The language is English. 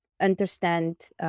understand